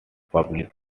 public